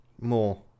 more